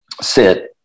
sit